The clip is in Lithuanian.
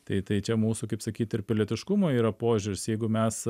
tai tai čia mūsų kaip sakyt ir pilietiškumo yra požiūris jeigu mes